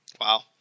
Wow